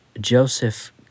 Joseph